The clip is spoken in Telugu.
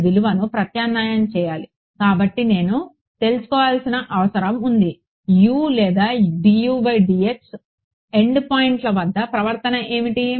నేను విలువను ప్రత్యామ్నాయం చేయాలి కాబట్టి నేను తెలుసుకోవలసిన అవసరం ఉంది U లేదా ఎండ్ పాయింట్స్ వద్ద ప్రవర్తన ఏమిటి